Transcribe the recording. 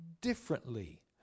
differently